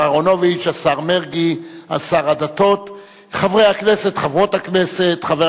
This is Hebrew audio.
כפי שנומקה על-ידי חבר הכנסת נחמן שי,